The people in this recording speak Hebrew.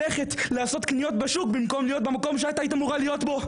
לעשות קניות בשוק במקום להיות במקום שהיא הייתה אמורה להיות בו.